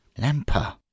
Lamper